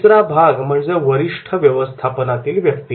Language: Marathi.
तिसरा भाग म्हणजे वरिष्ठ व्यवस्थापनातील व्यक्ती